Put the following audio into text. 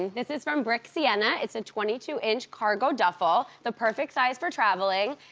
this is from bric's siena. it's a twenty two inch cargo duffel, the perfect size for traveling,